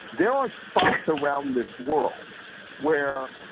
there are spots around this world where,